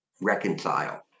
reconcile